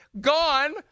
gone